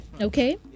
Okay